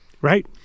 right